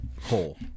hole